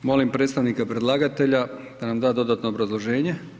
Molim predstavnika predlagatelja da nam da dodatno obrazloženje.